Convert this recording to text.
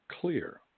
clear